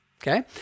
Okay